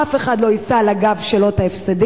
אף אחד לא יישא על הגב שלו את ההפסדים,